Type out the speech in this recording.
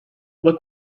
look